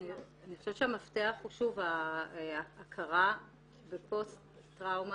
אני חושבת שהמפתח הוא שוב, הכרה בפוסט טראומה